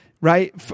right